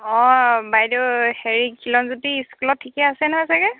অঁ বাইদেউ হেৰি খিলনজ্যোতি স্কুলত ঠিকেই আছে নহয় চাগৈ